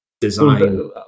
design